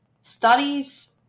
studies